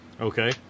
Okay